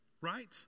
right